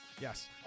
Yes